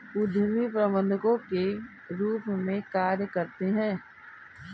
उद्यमी प्रबंधकों के रूप में कार्य करते हैं